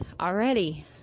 already